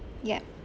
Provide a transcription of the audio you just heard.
yup